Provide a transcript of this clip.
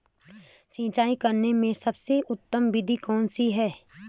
सिंचाई करने में सबसे उत्तम विधि कौन सी है?